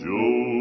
Joe